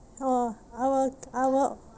orh I will I will